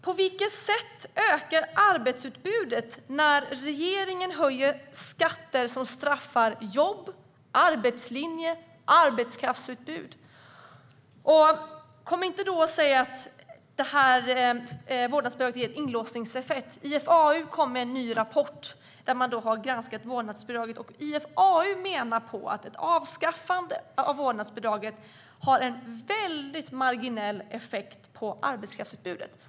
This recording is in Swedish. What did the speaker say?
På vilket sätt ökar arbetsutbudet när regeringen höjer skatter som straffar jobben, arbetslinjen och arbetskraftsutbudet? Kom inte och säg att vårdnadsbidraget ger en inlåsningseffekt! IFAU har kommit med en ny rapport där man granskat vårdnadsbidraget. IFAU menar på att ett avskaffande av vårdnadsbidraget har en väldigt marginell effekt på arbetskraftsutbudet.